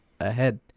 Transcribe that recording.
ahead